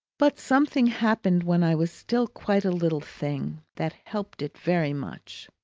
but something happened when i was still quite a little thing that helped it very much.